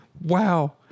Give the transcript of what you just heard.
Wow